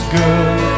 good